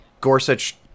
Gorsuch